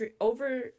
over